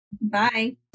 Bye